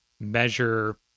measure